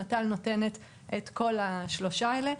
נט"ל נותנת את כל השלושה הללו.